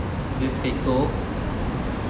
a seiko